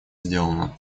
сделано